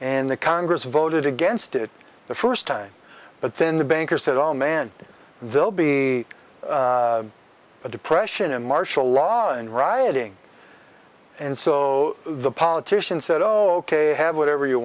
and the congress voted against it the first time but then the banker said oh man they'll be a depression and martial law and rioting and so the politicians said ok have whatever you